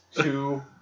two